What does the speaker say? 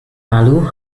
malu